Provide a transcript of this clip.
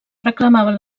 reclamaven